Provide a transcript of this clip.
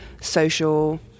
social